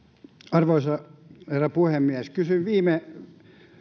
arvoisa herra puhemies kysyin viime